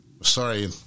Sorry